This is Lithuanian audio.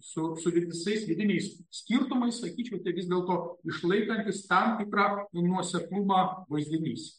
su su visais vidiniais skirtumai sakyčiau tai vis dėlto išlaikantis tam tikrą nuoseklumą vaizdinys